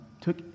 took